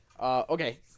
Okay